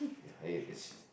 ya it is